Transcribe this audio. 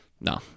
no